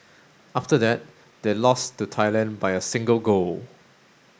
after that they lost to Thailand by a single goal